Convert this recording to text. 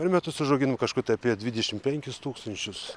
per metus užauginu kažkur tai apie dvidešimt penkis tūkstančius